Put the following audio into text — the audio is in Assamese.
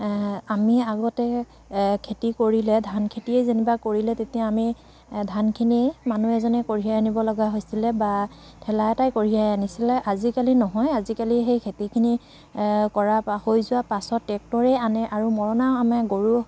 আমি আগতে খেতি কৰিলে ধান খেতিয়েই যেনিবা কৰিলে তেতিয়া আমি ধানখিনি মানুহ এজনে কঢ়িয়াই আনিব লগা হৈছিলে বা ঠেলা এটাই কঢ়িয়াই আনিছিলে আজিকালি নহয় আজিকালি সেই খেতিখিনি কৰা বা হৈ যোৱা পাছতে ট্ৰেক্টৰে আনে আৰু মৰণা আনে গৰু